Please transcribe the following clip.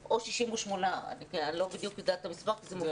אני לא בדיוק יודעת את המספר -- זה משתנה כל הזמן.